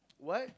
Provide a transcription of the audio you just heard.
what